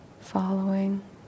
Following